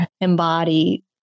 embody